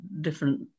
different